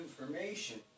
information